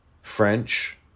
French